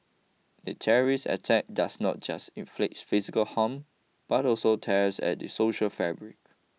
a terrorist attack does not just inflict physical harm but also tears at the social fabric